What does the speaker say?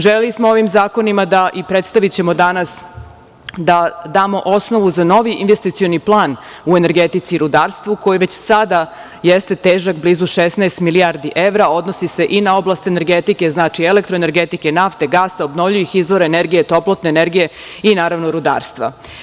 Želeli smo ovim zakonima da, i predstavićemo danas da damo osnovu za novi investicioni plan u energetici i rudarstvu, koji već sada jeste težak blizu 16 milijardi evra, odnosi se i na oblast energetike, znači, elektroenergetike, nafte, gasa i obnovljivih izvora energije, toplotne energije i naravno rudarstva.